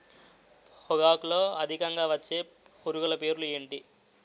పొగాకులో అధికంగా వచ్చే పురుగుల పేర్లు ఏంటి